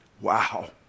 Wow